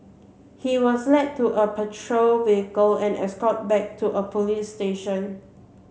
he was led to a patrol vehicle and escorted back to a police station